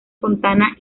fontana